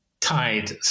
tied